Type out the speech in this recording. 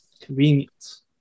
convenience